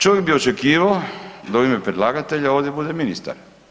Čovjek bi očekivao da u ime predlagatelja ovdje bude ministar.